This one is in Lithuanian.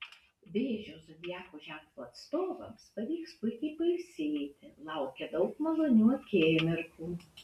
vėžio zodiako ženklo atstovams pavyks puikiai pailsėti laukia daug malonių akimirkų